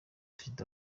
perezida